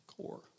core